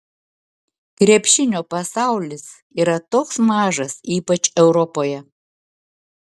krepšinio pasaulis yra toks mažas ypač europoje